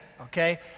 okay